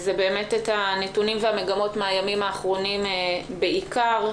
את הנתונים והמגמות מן הימים האחרונים בעיקר,